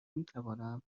میتوانم